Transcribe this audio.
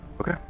Okay